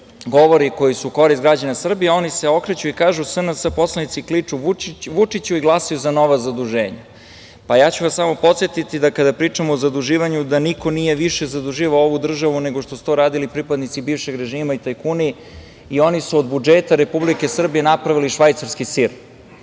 govori i koji su u korist građana Srbije, oni se okreću i kažu - SNS poslanici kliču Vučiću i glasaju za nova zaduženja. Ja ću vas samo podsetiti da kada pričamo o zaduživanju da niko nije više zaduživao ovu državu nego što su to radili pripadnici bivšeg režima i tajkuni. Oni su od budžeta Republike Srbije napravili švajcarski sir,